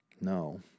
No